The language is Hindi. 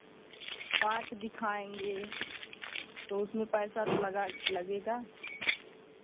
पार्क दिखाएँगे तो उसमें पैसा तो लगा लगेगा